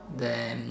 then